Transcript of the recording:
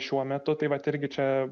šiuo metu tai vat irgi čia